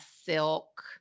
silk